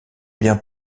bien